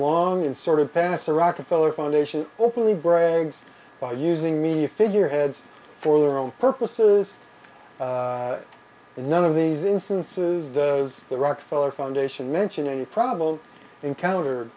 long and sordid past the rockefeller foundation openly brags by using media figureheads for their own purposes and none of these instances does the rockefeller foundation mention any probable encounter